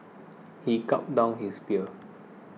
he gulped down his beer